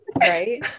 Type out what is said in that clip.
Right